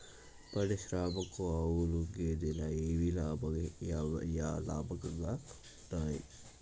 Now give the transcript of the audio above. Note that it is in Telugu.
పాడి పరిశ్రమకు ఆవుల, గేదెల ఏవి లాభదాయకంగా ఉంటయ్?